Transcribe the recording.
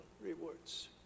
rewards